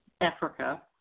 Africa